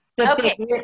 Okay